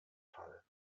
fall